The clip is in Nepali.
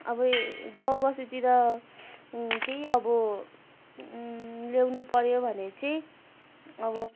अब गाउँ बस्तीतिर केही अब ल्याउनु पऱ्यो भने चाहिँ अब